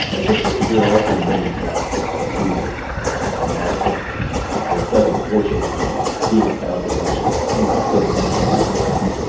but think there are also many paths to amassing incredible fortunes, and being a founder is actually a pretty thin slice of that pie.